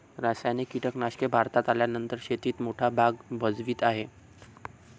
रासायनिक कीटनाशके भारतात आल्यानंतर शेतीत मोठा भाग भजवीत आहे